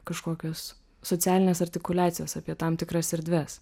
kažkokios socialinės artikuliacijos apie tam tikras erdves